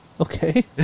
Okay